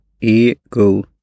Ego